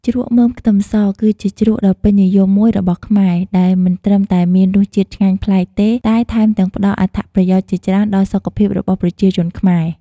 ជ្រក់មើមខ្ទឹមស គឺជាជ្រក់ដ៏ពេញនិយមមួយរបស់ខ្មែរ ដែលមិនត្រឹមតែមានរសជាតិឆ្ងាញ់ប្លែកទេ តែថែមទាំងផ្តល់អត្ថប្រយោជន៍ជាច្រើនដល់សុខភាពរបស់ប្រជាជនខ្មែរ។